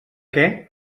què